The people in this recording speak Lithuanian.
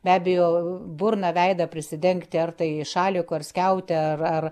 be abejo burną veidą prisidengti ar tai šaliku ar skiaute ar ar